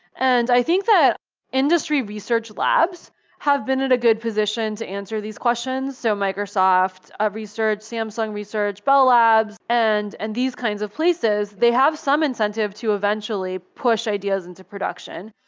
and i think that industry research labs have been in a good position to answer these questions, so microsoft research, samsung research, ball labs, and and these kinds of places. they have some incentive to eventually push ideas into production,